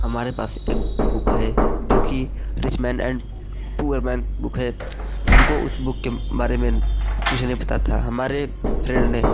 हमारे पास एक बुक है जो कि rich man and poor man book है हमको उस बुक के बारे में कुछ नहीं पता था हमारे फ्रेंड ने